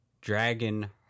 Dragon